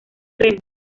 remo